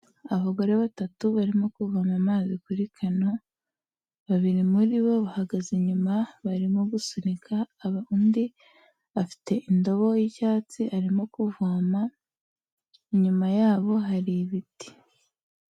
Abagore batatu barimo kuvoma amazi kuri kano, babiri muri bo bahagaze inyuma barimo gusunika, undi afite indobo y'icyatsi arimo kuvoma, inyuma yabo hari ibiti.